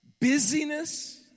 Busyness